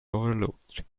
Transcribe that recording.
overlooked